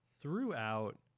throughout